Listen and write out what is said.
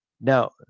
now